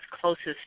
closest